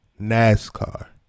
NASCAR